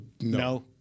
No